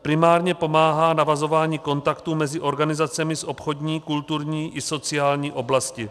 Primárně pomáhá navazování kontaktů mezi organizacemi z obchodní, kulturní i sociální oblasti.